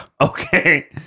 okay